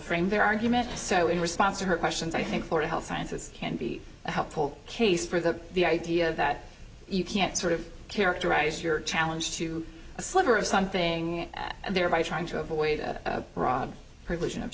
framed their argument so in response to her questions i think for the health sciences can be a helpful case for the the idea that you can't sort of characterize your challenge to a sliver of something and thereby trying to avoid a rob religion